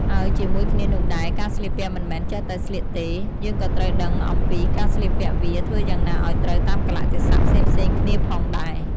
ហើយជាមួយគ្នានោះដែរ ការស្លៀកពាក់មិនមែនចេះតែស្លៀកទេ យើងក៏ត្រូវដឹងអំពីការស្លៀកពាក់វាធ្វើយ៉ាងណាឲ្យត្រូវតាមកាលៈទេសៈផ្សេងៗគ្នាផងដែរ។